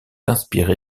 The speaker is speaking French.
inspiré